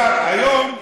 היום,